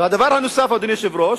הדבר הנוסף, אדוני היושב-ראש,